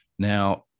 Now